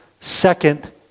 second